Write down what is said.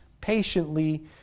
patiently